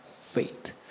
Faith